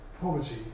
poverty